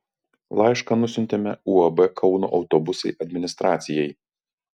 laišką nusiuntėme uab kauno autobusai administracijai